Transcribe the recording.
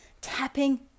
Tapping